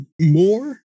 more